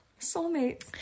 Soulmates